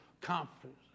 confidence